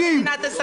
--- במדינת ישראל.